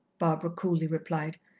barbara coolly replied.